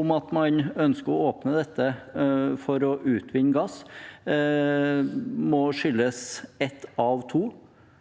om at man ønsker å åpne dette for å utvinne gass, må skyldes ett av to: